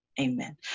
amen